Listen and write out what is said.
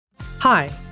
Hi